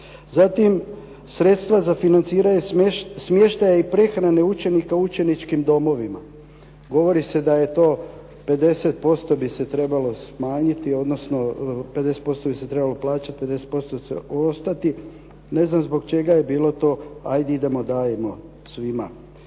Zatim sredstva za financiranje smještaja i prehrana učenika u učeničkim domovima. Govori se da je to 50% bi se trebalo smanjiti, odnosno 50% bi se trebalo plaćati, 50% će ostati. Ne znam zbog čega je bilo to, hajde idemo, dajemo svima.